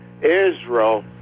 Israel